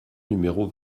numéro